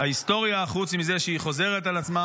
ההיסטוריה, חוץ מזה שהיא חוזרת על עצמה